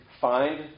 find